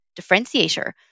differentiator